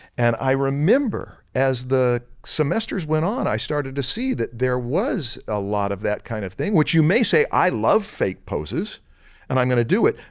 and i remember as the semesters went on, i started to see that there was a lot of that kind of thing which you may say i love fake poses and i'm gonna do it.